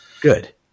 Good